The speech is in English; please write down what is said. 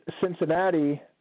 Cincinnati